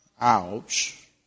Ouch